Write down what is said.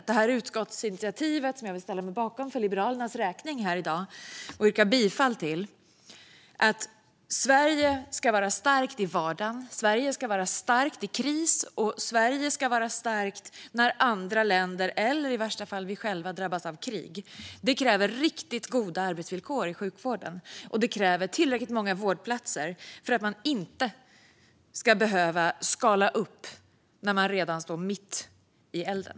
Jag ställer mig för Liberalernas räkning i dag bakom förslaget till utskottsinitiativ, och jag yrkar bifall till utskottets förslag på den punkten. Sverige ska vara starkt i vardagen och i kris, och Sverige ska vara starkt när andra länder eller i värsta fall vi själva drabbas av krig. Det kräver riktigt goda arbetsvillkor i sjukvården, och det kräver tillräckligt många vårdplatser för att man inte ska behöva skala upp när man redan står mitt i elden.